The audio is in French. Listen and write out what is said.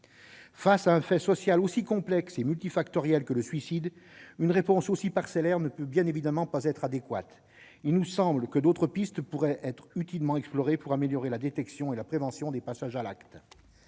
Face à un fait social aussi complexe et multifactoriel que le suicide, une réponse aussi parcellaire ne peut bien évidemment pas être adéquate. Il nous semble que d'autres pistes pourraient être utilement explorées pour améliorer la détection et la prévention des passages à l'acte.